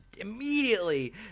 immediately